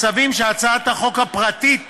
מצבים שהצעת החוק הפרטית